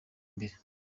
mbere